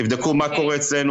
תבדקו מה קורה אצלנו,